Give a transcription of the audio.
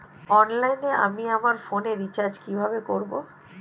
অনলাইনে আমি আমার ফোনে রিচার্জ কিভাবে করব?